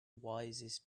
wisest